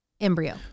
embryo